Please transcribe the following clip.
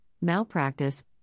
malpractice